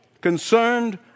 concerned